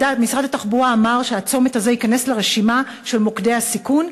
משרד התחבורה אמר שהצומת הזה ייכנס לרשימה של מוקדי הסיכון,